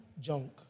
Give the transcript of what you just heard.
junk